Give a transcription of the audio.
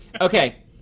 Okay